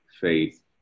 faith